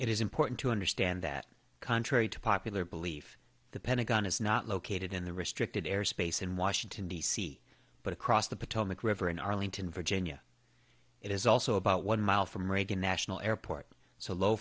it is important to understand that contrary to popular belief the pentagon is not located in the restricted airspace in washington d c but across the potomac river in arlington virginia it is also about one mile from reagan national airport so low